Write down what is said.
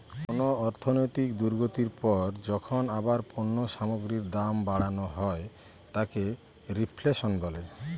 কোন অর্থনৈতিক দুর্গতির পর যখন আবার পণ্য সামগ্রীর দাম বাড়ানো হয় তাকে রেফ্ল্যাশন বলে